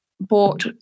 bought